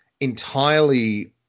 entirely